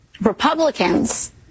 Republicans